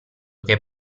che